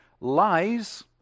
lies